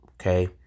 Okay